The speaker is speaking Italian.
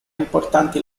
importanti